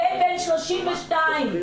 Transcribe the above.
הבן בן 32 נדבק.